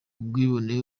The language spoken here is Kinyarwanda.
ubwibone